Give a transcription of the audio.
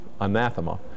anathema